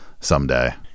someday